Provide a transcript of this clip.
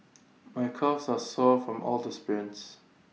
my calves are sore from all the sprints